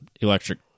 electric